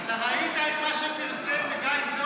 אתה ראית את מה שפרסם גיא זהר?